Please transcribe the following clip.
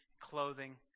clothing